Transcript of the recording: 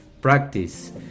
practice